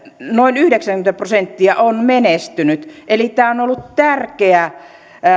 noin yhdeksänkymmentä prosenttia on menestynyt eli tämä on on ollut tärkeä